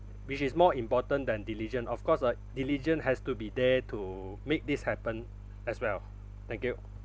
which is more important than diligent of course uh diligent has to be there to make this happen as well thank you